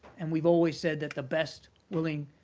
and we've always said that the best willing,